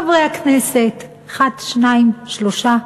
חברי הכנסת אחד, שניים, שלושה,